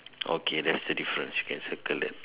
okay that's the difference you can circle that